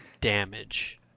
damage